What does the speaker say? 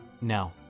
No